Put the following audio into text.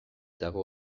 dago